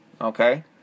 Okay